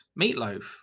Meatloaf